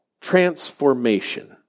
transformation